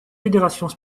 fédérations